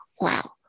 wow